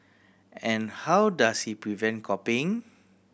and how does he prevent copying